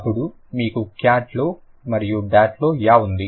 అప్పుడు మీకు క్యాట్ లో మరియు బ్యాట్ లో యా ఉంది